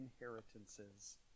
inheritances